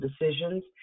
decisions